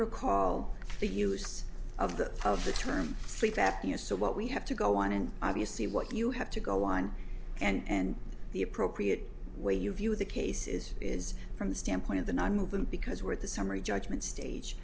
recall the use of the of the term sleep apnea so what we have to go on and obviously what you have to go on and the appropriate way you view the cases is from the standpoint of the nonmoving because we're at the summary judgment stage